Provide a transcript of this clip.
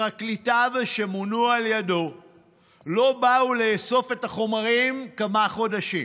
שפרקליטיו שמונו על ידו לא באו לאסוף את החומרים כמה חודשים,